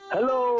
Hello